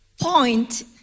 point